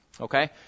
okay